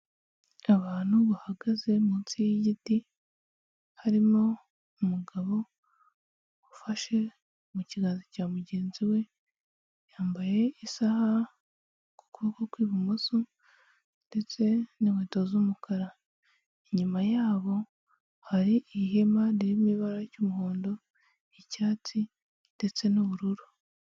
Abantu bahagaze munsi y'igiti harimo umugabo ufashe mu kiganza cya mugenzi we yambaye isaha ku kuboko kw'ibumoso ndetse n'inkweto z'umukara. Inyuma yabo hari ihema ririmo ibara ry'umuhondo, icyaysi ndetse n'ubururu.